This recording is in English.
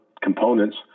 components